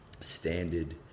standard